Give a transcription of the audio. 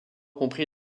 compris